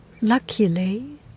luckily